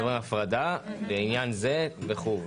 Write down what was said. אתם אומרים הפרדה לעניין זה וכולי.